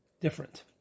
different